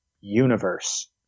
universe